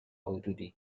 حدودی